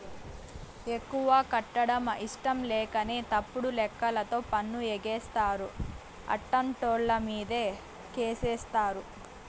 ఎక్కువ కట్టడం ఇట్టంలేకనే తప్పుడు లెక్కలతో పన్ను ఎగేస్తారు, అట్టాంటోళ్ళమీదే కేసేత్తారు